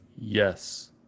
yes